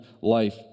life